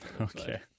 Okay